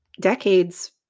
decades